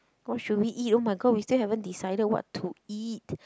what should we eat oh my god we still haven't decided what to eat